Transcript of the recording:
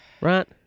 right